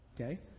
okay